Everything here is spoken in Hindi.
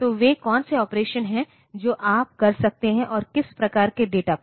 तो वे कौन से ऑपरेशन हैं जो आप कर सकते हैं और किस प्रकार के डेटा पर